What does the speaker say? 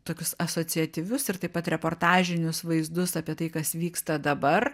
tokius asociatyvius ir taip pat reportažinius vaizdus apie tai kas vyksta dabar